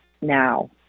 now